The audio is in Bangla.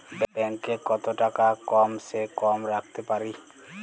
ব্যাঙ্ক এ কত টাকা কম সে কম রাখতে পারি?